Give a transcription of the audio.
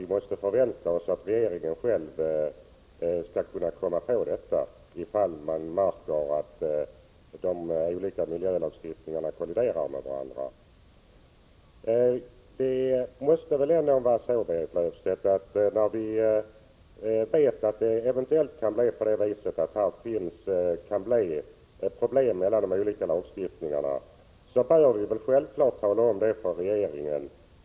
Vi måste förvänta oss att regeringen själv kommer på detta behov ifall man märker att de olika miljölagstiftningarna kolliderar med varandra, hävdar Berit Löfstedt. När vi vet att det eventuellt kan bli problem vid tillämpningen av de olika lagstiftningarna, bör vi självfallet tala om det för regeringen.